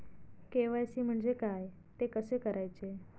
KYC म्हणजे काय? ते कसे करायचे?